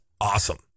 awesome